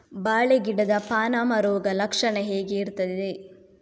ಬಾಳೆ ಗಿಡದ ಪಾನಮ ರೋಗ ಲಕ್ಷಣ ಹೇಗೆ ಇರ್ತದೆ?